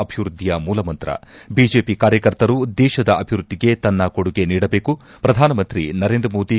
ಅಭಿವೃದ್ದಿಯ ಮೂಲಮಂತ್ರ ಬಿಜೆಪಿ ಕಾರ್ಯಕರ್ತರು ದೇಶದ ಅಭಿವೃದ್ದಿಗೆ ತನ್ನ ಕೊಡುಗೆ ನೀಡಬೇಕು ಪ್ರಧಾನಮಂತ್ರಿ ನರೇಂದ್ರ ಮೋದಿ ಕರೆ